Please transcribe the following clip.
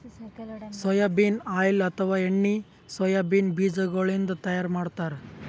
soybean oil ಅಥವಾ ಎಣ್ಣಿ soybean ಬಿಜಾಗೋಳಿನ್ದ ತೈಯಾರ್ ಮಾಡ್ತಾರ್